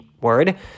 word